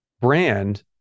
brand